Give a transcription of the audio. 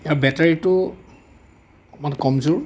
ইয়াৰ বেটাৰীটো অকণমান কমজোৰ